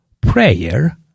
prayer